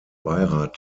beirat